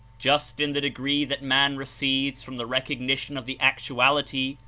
just in the degree that man recedes from the recognition of the actuality,